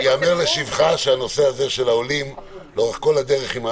ייאמר לשבחה שהנושא של העולים עולה על ידה לאורך כל הדרך.